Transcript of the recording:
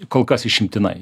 kol kas išimtinai